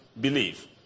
believe